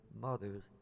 mothers